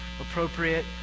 appropriate